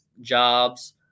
jobs